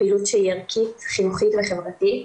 פעילות שהיא ערכית, חינוכית וחברתית.